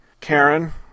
Karen